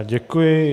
Děkuji.